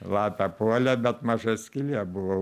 lapė puolė bet maža skylė buvo